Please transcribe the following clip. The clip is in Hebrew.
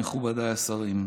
מכובדיי השרים,